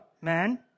man